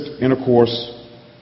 intercourse